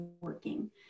working